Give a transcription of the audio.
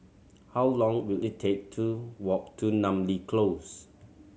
how long will it take to walk to Namly Close